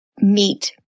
meet